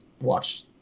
watch